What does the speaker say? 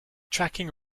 tracking